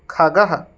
खगः